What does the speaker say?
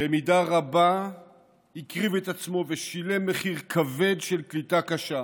במידה רבה הקריב את עצמו ושילם מחיר כבד של קליטה קשה,